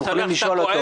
אתם יכולים לשאול אותו.